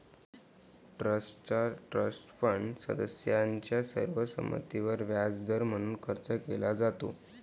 ट्रस्टचा trust fund सदस्यांच्या सर्व संमतीवर व्याजदर म्हणून खर्च केला जातो